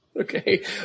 Okay